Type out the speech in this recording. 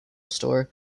store